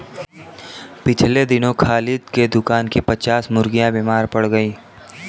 पिछले दिनों खालिद के दुकान की पच्चास मुर्गियां बीमार पड़ गईं